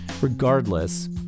regardless